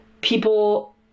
People